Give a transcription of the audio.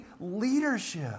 leadership